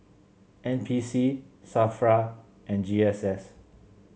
N P C Safra and G S S